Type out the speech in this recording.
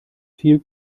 viel